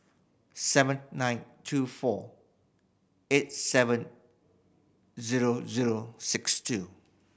seven nine two four eight seven zero zero six two